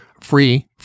free